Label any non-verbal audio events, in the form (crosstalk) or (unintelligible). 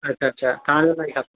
अछा अछा तव्हां जो (unintelligible)